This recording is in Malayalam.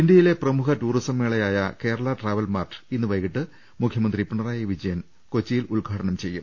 ഇന്ത്യയിലെ പ്രമുഖ ടൂറിസം മേളയായ കേരളാ ട്രാവൽ മാർട്ട് ഇന്ന് വൈകീട്ട് മുഖ്യമന്ത്രി പിണറായി വിജയൻ ഉദ്ഘാടനം ചെയ്യും